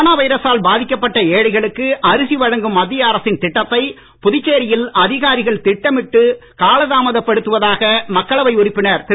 corona வைரசால் பாதிக்கப்பட்ட ஏழைகளுக்கு அரிசி வழங்கும் மத்திய அரசின் திட்டத்தை புதுச்சேரியில் அதிகாரிகள் திட்டமிட்டு காலதாமதப் படுத்துவதாக மக்களவை உறுப்பினர் திரு